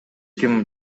ким